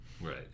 Right